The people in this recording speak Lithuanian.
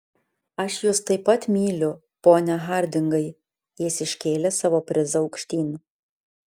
aš jus taip pat myliu pone hardingai jis iškėlė savo prizą aukštyn